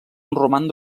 roman